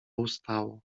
ustało